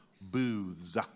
Booths